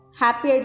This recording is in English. happy